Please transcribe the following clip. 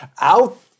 Out